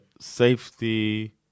safety